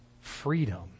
Freedom